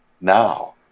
now